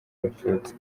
batutsi